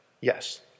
Yes